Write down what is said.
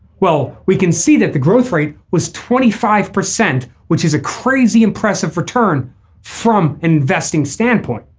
well we can see that the growth rate was twenty five percent which is a crazy impressive return from investing standpoint.